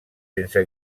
sense